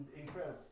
incredible